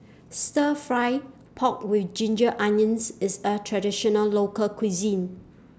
Stir Fry Pork with Ginger Onions IS A Traditional Local Cuisine